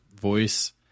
voice